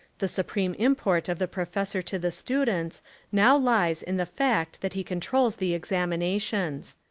the supreme im port of the professor to the students now lies in the fact that he controls the examinations.